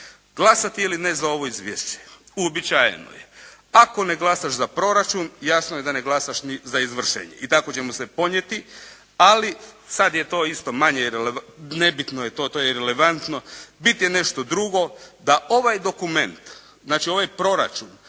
Glasati ili ne za ovo izvješće? Uobičajeno je. Ako ne glasaš za proračun jasno je da ne glasaš ni za izvršenje i tako ćemo se ponijeti. Ali sad je to isto manje, nebitno je to, to je irelevantno. Bit je nešto drugo, da ovaj dokument, znači ovaj proračun